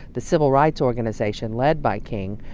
the civil rights organization led by king,